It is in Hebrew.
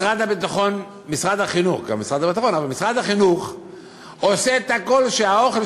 משרד החינוך עושה את הכול כדי שהאוכל